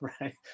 right